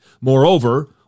Moreover